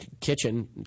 kitchen